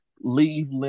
leave